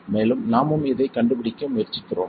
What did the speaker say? மேலும் நாமும் இதைக் கண்டுபிடிக்க முயற்சிக்கிறோம்